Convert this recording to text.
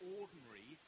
ordinary